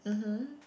mmhmm